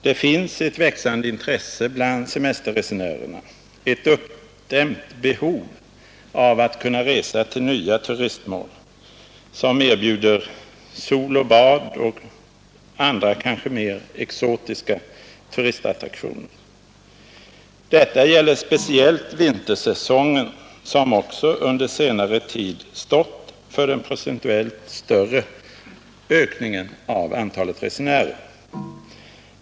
Det finns ett växande intresse bland semesterresenärer, ett uppdämt behov av att kunna resa till nya turistmål som erbjuder sol, bad och andra kanske mera exotiska turistattraktioner. Detta gäller speciellt vintersäsongen, som också under senare tid stått för den procentuellt större ökningen av antalet resenärer.